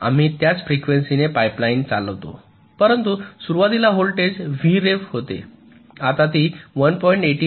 आम्ही त्याच फ्रिक्वेन्सी ने पाईपलाईन चालवितो परंतु सुरुवातीला व्होल्टेज Vref होते आता ती 1